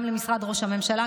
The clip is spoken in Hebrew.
גם למשרד ראש הממשלה,